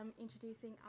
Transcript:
introducing